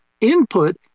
input